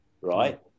Right